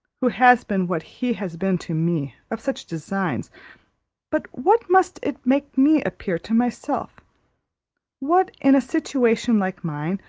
who has been what he has been to me, of such designs but what must it make me appear to myself what in a situation like mine,